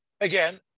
Again